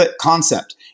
concept